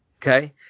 Okay